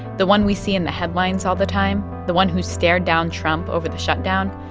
the one we see in the headlines all the time, the one who stared down trump over the shutdown,